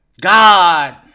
God